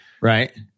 Right